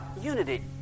unity